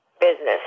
business